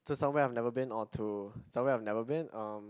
to somewhere I've never been or to somewhere I've never been um